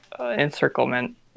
encirclement